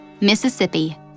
Mississippi